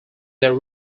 their